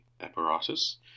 apparatus